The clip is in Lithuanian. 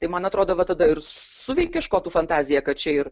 tai man atrodo va tada ir suveikė škotų fantazija kad čia ir